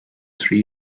three